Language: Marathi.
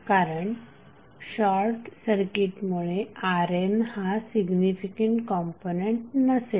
कारण शॉर्ट सर्किटमुळे RN हा सिग्निफिकँट कॉम्पोनंट नसेल